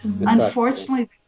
Unfortunately